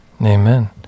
Amen